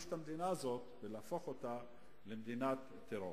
את המדינה הזאת ולהפוך אותה למדינת טרור.